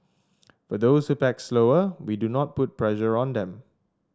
for those who pack slower we do not put pressure on them